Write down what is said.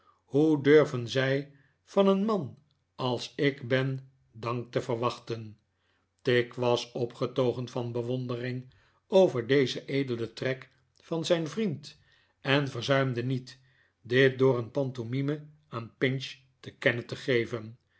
hoe durven zij van een man als ik ben dank te verwachten tigg was opgetogen van bewondering over dezen edelen trek van zijn vriend en verzuimde niet dit door een pantomime aan pinch te kennen te geven